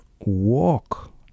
Walk